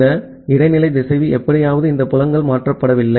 இந்த இடைநிலை திசைவி எப்படியாவது இந்த புலங்கள் மாற்றப்படவில்லை